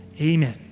amen